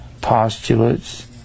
postulates